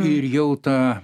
ir jau ta